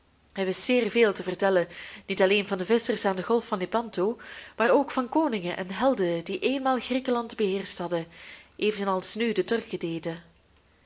hij wist zeer veel te vertellen niet alleen van de visschers aan de golf van lepanto maar ook van koningen en helden die eenmaal griekenland beheerscht hadden evenals nu de turken deden